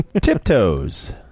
Tiptoes